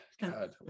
God